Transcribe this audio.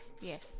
yes